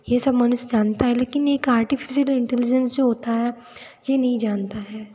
ये सब मनुष्य जानता है लेकिन एक आर्टिफिसल इंटिलिजेंस जो होता है ये नहीं जानता है